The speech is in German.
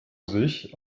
sich